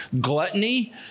gluttony